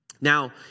Now